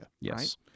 yes